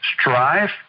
strive